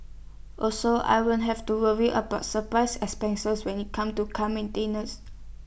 also I won't have to worry about surprise expenses when IT comes to car maintenance